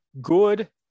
good